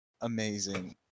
amazing